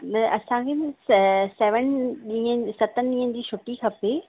असांखें seven ॾींहंनि सतनि ॾींहंनि जी छुटी खपे